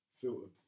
filtered